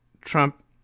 Trump